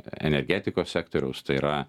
energetikos sektoriaus tai yra